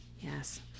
Yes